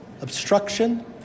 obstruction